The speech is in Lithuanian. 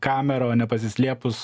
kamerą o ne pasislėpus